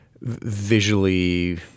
visually